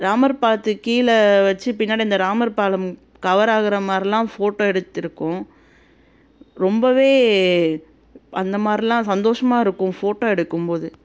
ராமர் பாலத்துக்கு கீழே வைச்சு பின்னாடி இந்த ராமர் பாலம் கவர் ஆகிற மாதிரிலாம் ஃபோட்டோ எடுத்திருக்கோம் ரொம்பவே அந்த மாதிரிலாம் சந்தோஷமாக இருக்கும் ஃபோட்டோ எடுக்கும்போது